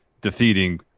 defeating